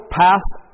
passed